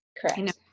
Correct